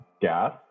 gas